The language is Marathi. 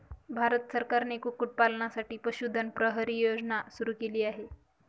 भारत सरकारने कुक्कुटपालनासाठी पशुधन प्रहरी योजना सुरू केली आहे